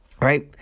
Right